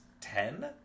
ten